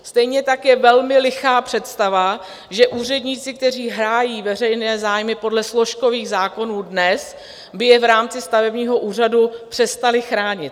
Stejně tak je velmi lichá představa, že úředníci, kteří hájí veřejné zájmy podle složkových zákonů dnes, by je v rámci stavebního úřadu přestali chránit.